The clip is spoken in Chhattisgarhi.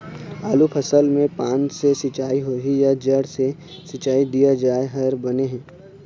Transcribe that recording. आलू फसल मे पान से सिचाई होही या जड़ से सिचाई दिया जाय हर बने हे?